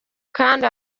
kandi